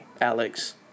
Alex